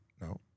no